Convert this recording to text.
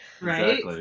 right